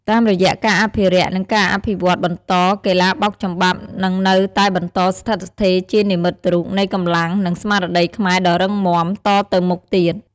តាមរយៈការអភិរក្ស និងការអភិវឌ្ឍន៍បន្ត កីឡាបោកចំបាប់នឹងនៅតែបន្តស្ថិតស្ថេរជានិមិត្តរូបនៃកម្លាំង និងស្មារតីខ្មែរដ៏រឹងមាំតទៅមុខទៀត។